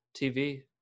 tv